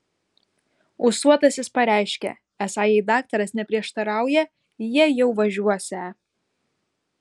ūsuotasis pareiškė esą jei daktaras neprieštarauja jie jau važiuosią